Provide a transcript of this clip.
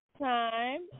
time